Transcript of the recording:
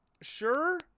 sure